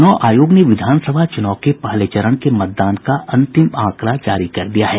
चूनाव आयोग ने विधानसभा चूनाव के पहले चरण के मतदान का अंतिम आंकड़ा जारी कर दिया है